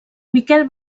miquel